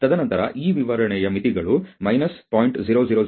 ತದನಂತರ ಈ ವಿವರಣೆಯ ಮಿತಿಗಳು 0